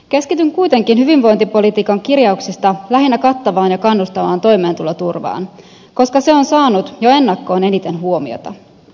keskityn kuitenkin hyvinvointipolitiikan kirjauksista lähinnä kattavaan ja kannustavaan toimeentuloturvaan koska se on saanut jo ennakkoon eniten huomiota